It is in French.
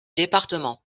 département